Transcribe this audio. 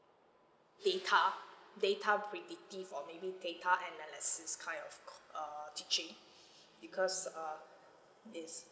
data data predictive or maybe data analysis kind of c~ err kind of teaching because uh yes